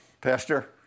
Pastor